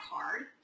card